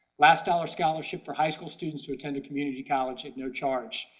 last dollar scholarship for high school students who attend community college at no charge.